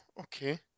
Okay